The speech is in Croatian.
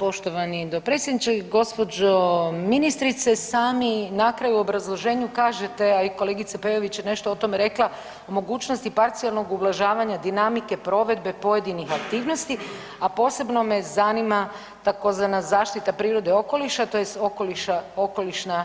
Poštovani dopredsjedniče, gospođo ministrice, sami na kraju u obrazloženju kažete, a i kolegica Peović je nešto o tome rekla, mogućnosti parcijalnog ublažavanja dinamike provedbe pojedinih aktivnosti, a posebno me zanima tzv. zaštita prirode i okoliša tj. okoliša, okolišna,